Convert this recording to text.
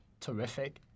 terrific